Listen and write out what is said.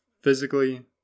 Physically